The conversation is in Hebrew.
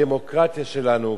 בדמוקרטיה שלנו,